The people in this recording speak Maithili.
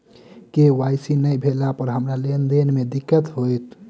के.वाई.सी नै भेला पर हमरा लेन देन मे दिक्कत होइत?